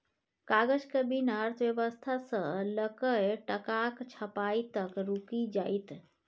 कागजक बिना अर्थव्यवस्था सँ लकए टकाक छपाई तक रुकि जाएत